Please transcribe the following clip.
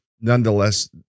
nonetheless